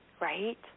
right